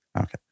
Okay